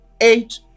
eight